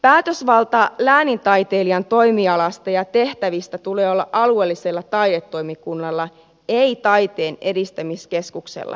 päätösvallan läänintaiteilijan toimialasta ja tehtävistä tulee olla alueellisella taidetoimikunnalla ei taiteen edistämiskeskuksella